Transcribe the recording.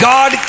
God